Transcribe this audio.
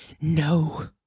No